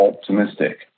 optimistic